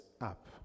up